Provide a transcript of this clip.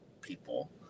people